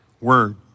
word